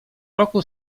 roku